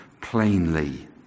plainly